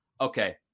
okay